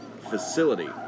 facility